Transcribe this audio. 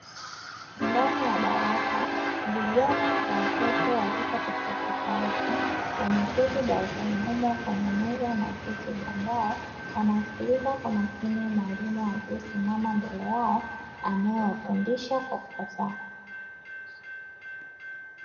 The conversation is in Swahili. Ndani ya darasa vijana na kwa watoto wa rika tofautitofauti, wameketi darasani humo kwenye meza na viti vya mbao, wanamsikiliza kwa makini mwalimu aliyesimama mbele yao anayewafundisha kwa ufasaha.